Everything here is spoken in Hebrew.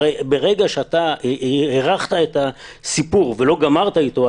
ברגע שאתה הארכת את הסיפור ולא הארכת איתו,